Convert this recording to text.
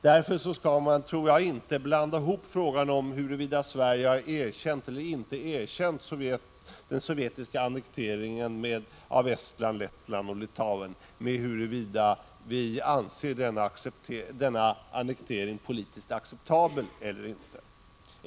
Därför tror jag inte att man skall blanda ihop frågan om huruvida Sverige har erkänt eller inte erkänt den sovjetiska annekteringen av Estland, Lettland och Litauen med frågan huruvida vi anser denna annektering vara politiskt acceptabel eller inte.